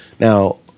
Now